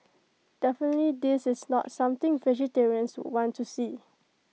definitely this is not something vegetarians would want to see